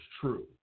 true